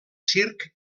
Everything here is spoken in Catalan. circ